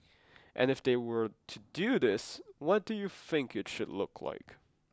and if they were to do this what do you think it should look like